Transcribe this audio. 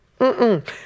mm-mm